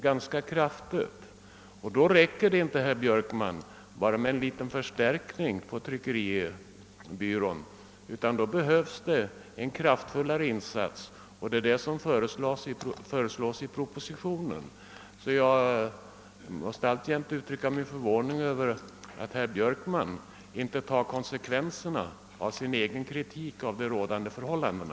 Då räcker det emellertid inte, herr Björkman, med en liten förstärkning av tryckeriexpeditionen utan då behövs en kraftfullare insats, och det är vad som föreslås i propositionen. Jag måste således alltjämt uttrycka min förvåning över att herr Björkman inte drar konsekvenserna av sin egen kritik av de rådande förhållandena.